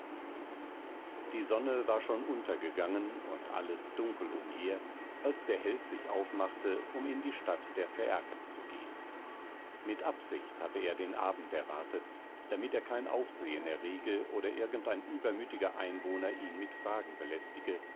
die sonne war schon untergegangen und alles dunkel umher als der held sich aufmachte um in die stadt der phäaken zu gehen mit absicht hatte er den abend erwartet damit er kein aufsehen errege oder irgend ein übermütiger einwohner ihn mit fragen belästige